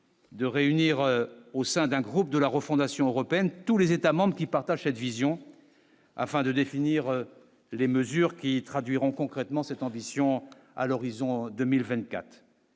De réunir au sein d'un groupe de la refondation européenne tous les États-membres qui partagent cette vision afin de définir les mesures qui traduiront concrètement cette ambition à l'horizon 2020,